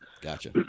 Gotcha